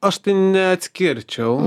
aš neatskirčiau